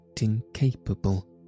incapable